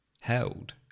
Held